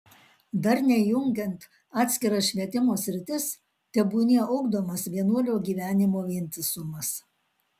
darniai jungiant atskiras švietimo sritis tebūnie ugdomas vienuolio gyvenimo vientisumas